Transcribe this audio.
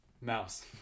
Mouse